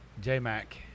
J-Mac